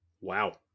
Wow